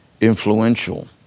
influential